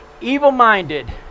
evil-minded